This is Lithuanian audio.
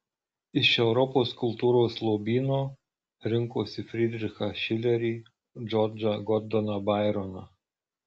iš europos kultūros lobyno rinkosi fridrichą šilerį džordžą gordoną baironą